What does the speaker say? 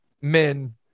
men